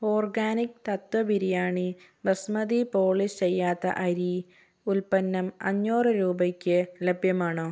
organic തത്ത്വ biryani basmati polish ചെയ്യാത്ത അരി ഉൽപ്പന്നം അഞ്ഞൂറ് രൂപയ്ക്ക് ലഭ്യമാണോ